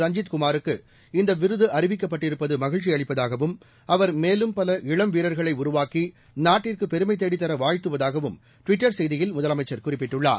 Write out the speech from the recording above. ரஞ்சித் குமாருக்கு இந்த விருது அறிவிக்கப்பட்டிருப்பது மகிழ்ச்சியளிப்பதாகவும் அவர் மேலும் பல இளம் வீரர்களை உருவாக்கி நாட்டிற்கு பெருமை தேடித்தர வாழ்த்துவதாகவும் ட்விட்டர் செய்தியில் முதலமைச்சர் குறிப்பிட்டுள்ளார்